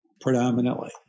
predominantly